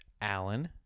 Alan